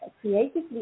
creatively